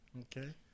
Okay